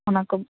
ᱚᱱᱟᱠᱚ